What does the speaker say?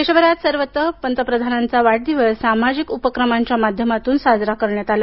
देशभरात सर्वत्र पंतप्रधानांचा वाढदिवस सामाजिक उपक्रमांच्या माध्यमातून साजरा करण्यात आला